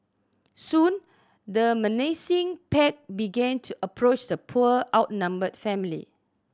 soon the menacing pack began to approach the poor outnumbered family